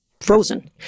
frozen